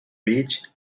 breech